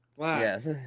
Yes